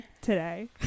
today